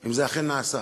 אם זה אכן נעשה,